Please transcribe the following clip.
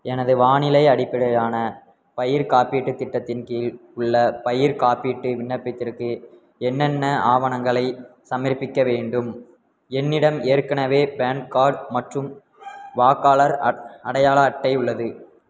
எனது வானிலை அடிப்படையிலான பயிர் காப்பீட்டுத் திட்டத்தின் கீழ் உள்ள பயிர்க் காப்பீட்டு விண்ணப்பத்திற்கு என்னென்ன ஆவணங்களைச் சமர்ப்பிக்க வேண்டும் என்னிடம் ஏற்கனவே பேன் கார்ட் மற்றும் வாக்காளர் அடையாள அட்டை உள்ளது